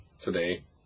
today